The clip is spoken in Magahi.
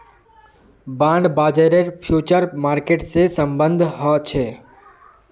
बांड बाजारेर फ्यूचर मार्केट से सम्बन्ध ह छे